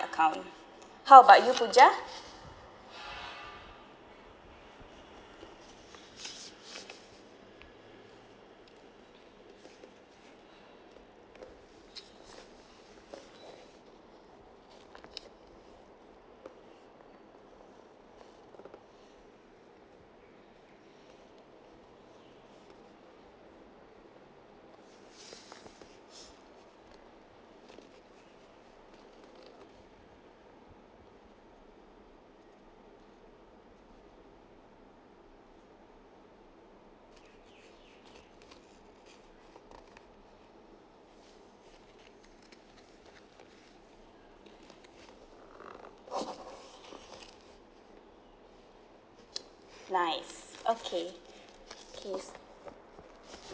account how about you puja nice okay K